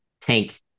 tank